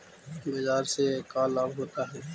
बाजार से का लाभ होता है?